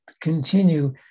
continue